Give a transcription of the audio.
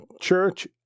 Church